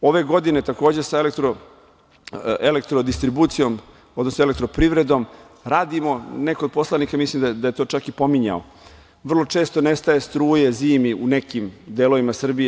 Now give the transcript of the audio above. Ove godine, takođe sa Elektrodistribucijom, odnosno elektro-privredom radimo, neko od poslanika mislim da je to čak i pominjao, vrlo često nestaje struje zimi u nekim delovima Srbije.